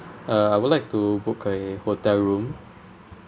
uh I would like to book a hotel room